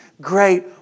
great